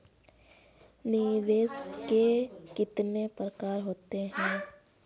निवेश के कितने प्रकार होते हैं?